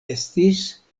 estis